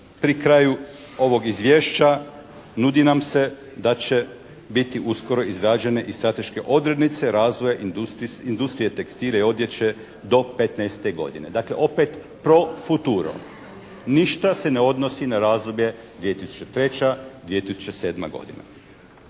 pri kraju ovog izvješća nudi nam se da će biti uskoro izrađene i strateške odrednice razvoja industrije tekstila i odjeće do 15. godine, dakle opet profuturo. Ništa se ne odnosi na razdoblje 2003.-2007. godina.